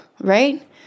right